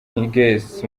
hughes